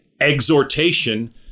exhortation